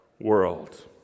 world